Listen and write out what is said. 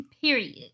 Period